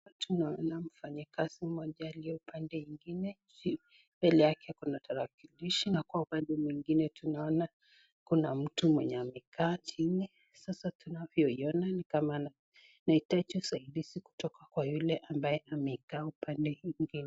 Hapa tunaona mfanyikazi moja aliye upande ingine mbele yake kuna tarakilishi na upande mwingine tunaona kuna mtu mwenye amekaa chini sasa tunavyoona ni kama anaitaji usaidia kutoka yule ambaye anakaa upande ingine.